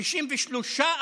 (אומר בערבית: 63%)